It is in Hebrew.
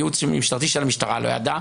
כי הייעוץ המשפטי של המשטרה לא ידע,